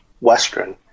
Western